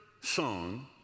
song